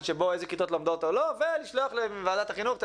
שבו איזה כיתות לומדות או לא ולשלוח לוועדת החינוך,